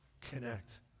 connect